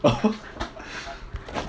oh